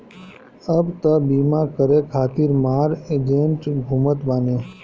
अब तअ बीमा करे खातिर मार एजेन्ट घूमत बाने